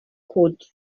could